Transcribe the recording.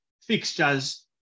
fixtures